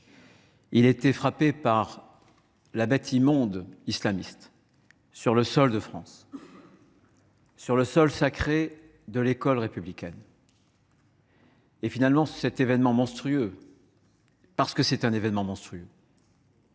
Il a été frappé par la bête immonde islamiste sur le sol de France, sur le sol sacré de l’école républicaine. Cet événement monstrueux – parce que c’est un événement monstrueux